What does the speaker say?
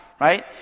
right